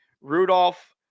Rudolph